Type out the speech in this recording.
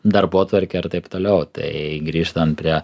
darbotvarkę ir taip toliau tai grįžtant prie